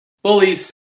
Bullies